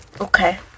okay